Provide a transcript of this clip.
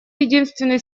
единственный